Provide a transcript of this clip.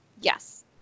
Yes